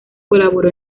colaboró